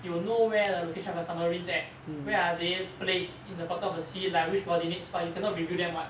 you will know where the location of the submarines at where are they placed in the bottom of the sea like which coordinates but you cannot reveal them [what]